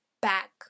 back